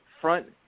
front